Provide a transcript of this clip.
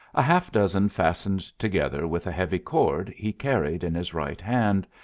a half dozen fastened together with a heavy cord he carried in his right hand,